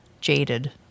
jaded